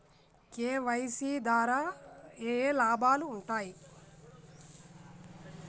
KYC ద్వారా ఏఏ లాభాలు ఉంటాయి?